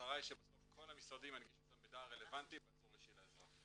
המטרה היא שבסוף כל המשרדים ינגישו את המידע הרלבנטי באזור האישי לאזרח.